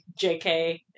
JK